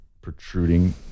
protruding